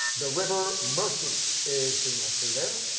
the river mersey is the answer there.